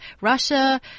Russia